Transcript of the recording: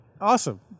Awesome